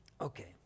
Okay